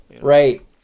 Right